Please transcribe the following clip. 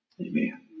amen